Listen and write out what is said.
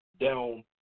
down